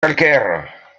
calcaire